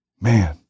Man